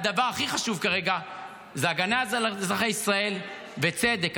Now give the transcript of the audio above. הדבר הכי חשוב כרגע זה הגנה על אזרחי ישראל וצדק,